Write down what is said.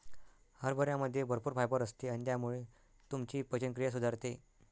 हरभऱ्यामध्ये भरपूर फायबर असते आणि त्यामुळे तुमची पचनक्रिया सुधारते